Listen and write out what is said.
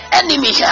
enemy